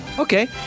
Okay